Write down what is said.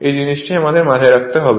এই জিনিসটা মাথায় রাখতে হবে